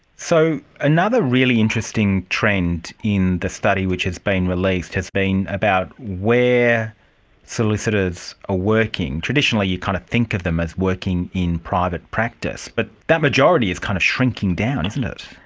so another really interesting trend in the study which has been released has been about where solicitors are ah working. traditionally you kind of think of them as working in private practice, but that majority is kind of shrinking down, isn't it.